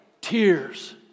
tears